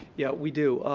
yeah we do.